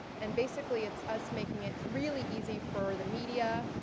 and basically it's us making it really easy for the media,